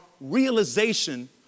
realization